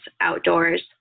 outdoors